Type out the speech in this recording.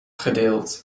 gedeeld